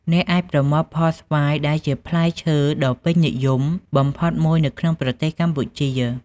អ្នកអាចប្រមូលផលស្វាយដែលជាផ្លែឈើដ៏ពេញនិយមបំផុតមួយនៅក្នុងប្រទេសកម្ពុជា។